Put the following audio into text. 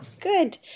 Good